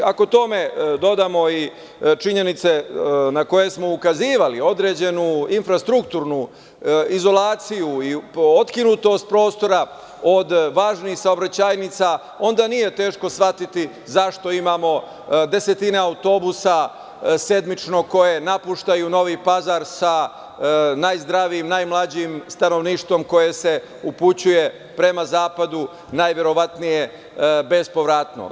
Ako tome dodamo i činjenice na koje smo ukazivali, određenu infrastrukturnu izolaciju i otkinutost prostora od važnih saobraćajnica, onda nije teško shvatiti zašto imamo desetine autobusa sedmično koji napuštaju Novi Pazar, sa najzdravijim, najmlađim stanovništvom koje se upućuje prema zapadu, najverovatnije bespovratno.